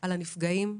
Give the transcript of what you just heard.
על הנפגעים,